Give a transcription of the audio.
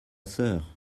sœur